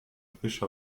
fischer